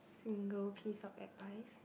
single piece of advice